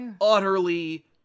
utterly